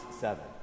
seven